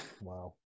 Wow